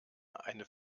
eine